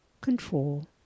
control